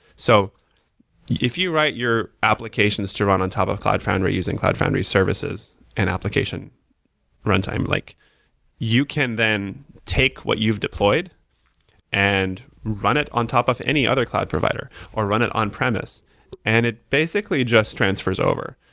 so if you write your applications to run on top of cloud foundry using cloud foundry services and application runtime, like you can then take what you've deployed and run it on top of any other cloud provider or run it on-premise, and it basically just transfers over.